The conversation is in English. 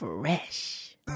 fresh